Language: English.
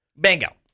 Bingo